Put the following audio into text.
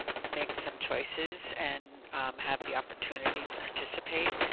make some choices and have the opportunity to participate.